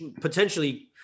potentially